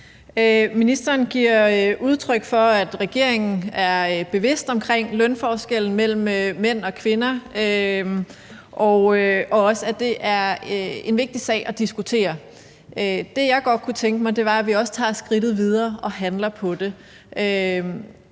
Ministeren giver udtryk for, at regeringen er bevidst omkring lønforskellen mellem mænd og kvinder og også for, at det er en vigtig sag at diskutere. Det, jeg godt kunne tænke mig, er, at vi også tager skridtet videre og handler på det.